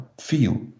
feel